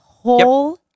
whole